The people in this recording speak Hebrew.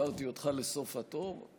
העברתי אותך לסוף התור?